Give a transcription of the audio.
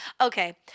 okay